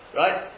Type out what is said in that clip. right